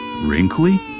wrinkly